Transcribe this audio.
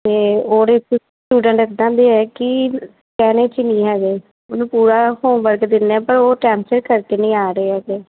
ਅਤੇ ਉਹ ਜਿਹੜੇ ਸਟੂਡੈਂਟ ਇੱਦਾਂ ਦੇ ਹੈ ਕਿ ਕਹਿਣੇ 'ਚ ਨਹੀਂ ਹੈਗੇ ਉਹਨੂੰ ਪੂਰਾ ਹੋਮਵਰਕ ਦਿੰਨੇ ਹਾਂ ਪਰ ਉਹ ਟੈਮ ਸਿਰ ਕਰਕੇ ਨਹੀਂ ਆ ਰਹੇ ਹੈਗੇ